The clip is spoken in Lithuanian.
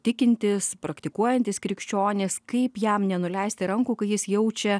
tikintis praktikuojantis krikščionis kaip jam nenuleisti rankų kai jis jaučia